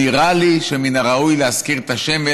נראה לי שמן הראוי להזכיר את השם,